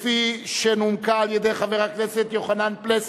כפי שנומקה על-ידי חבר הכנסת יוחנן פלסנר,